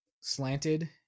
slanted